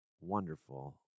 wonderful